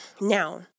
Now